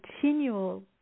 continual